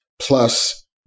plus